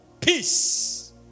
Peace